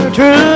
True